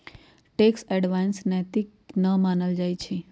tax avoidance नैतिक न मानल जाइ छइ